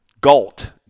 GALT